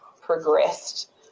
progressed